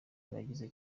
bagize